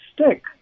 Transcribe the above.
stick